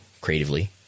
creatively